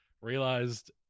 realized